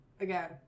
again